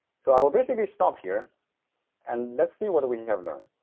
so i will basically stop here and let's see what we have learned.